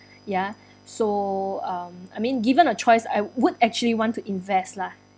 ya so um I mean given a choice I would actually want to invest lah